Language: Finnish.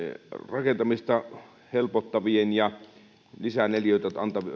rakentamista helpottavien ja lisäneliöitä